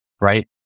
right